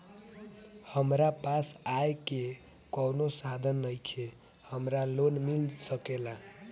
हमरा पास आय के कवनो साधन नईखे हमरा लोन मिल सकेला?